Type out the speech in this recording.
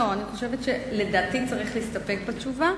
לדעתי צריך להסתפק בתשובה,